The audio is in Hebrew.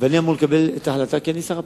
ואני אמור לקבל את ההחלטה, כי אני שר הפנים,